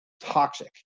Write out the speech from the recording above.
toxic